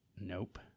Nope